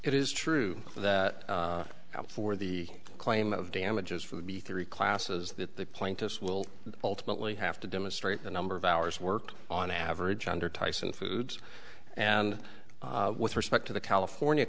it is true that up for the claim of damages for the b three classes that the plaintiffs will ultimately have to demonstrate the number of hours worked on average under tyson foods and with respect to the california